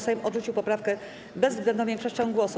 Sejm odrzucił poprawkę bezwzględną większością głosów.